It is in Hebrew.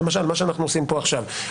מה שאנחנו עושים כאן עכשיו.